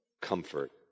comfort